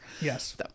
Yes